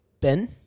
Ben